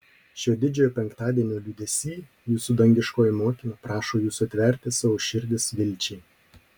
šio didžiojo penktadienio liūdesy jūsų dangiškoji motina prašo jūsų atverti savo širdis vilčiai